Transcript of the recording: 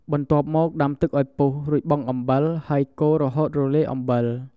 បន្ទាប់់មកដាំទឹកឱ្យពុះ រួចបង់អំបិល ហើយកូររហូតរលាយអំបិល ។